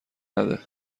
نده